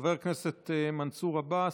חבר הכנסת מנסור עבאס,